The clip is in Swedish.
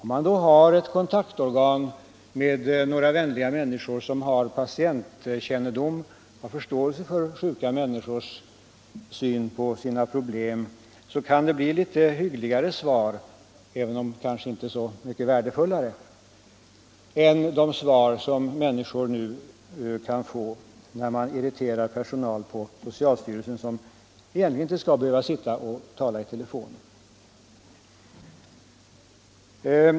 Men om man hade ett kontaktorgan med några vänliga människor som verkligen har patientkännedom och förståelse för sjukas problem kunde det bli litet hyggligare svar, även om kanske inte så mycket värdefullare, än de svar som många sjuka nu kan få när de med sina frågor irriterar personal på socialstyrelsen som egentligen inte skall behöva sitta och tala i telefon med allmänheten.